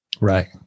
Right